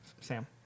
Sam